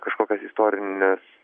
kažkokias istorines